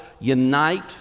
unite